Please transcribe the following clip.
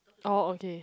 oh okay